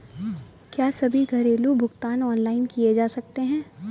क्या सभी घरेलू भुगतान ऑनलाइन किए जा सकते हैं?